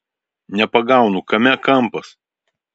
nepagaunu kame kampas